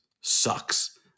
sucks